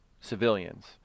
civilians